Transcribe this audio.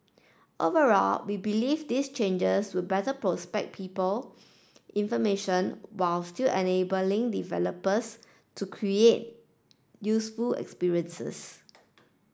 overall we believe these changes will better prospect people information while still enabling developers to create useful experiences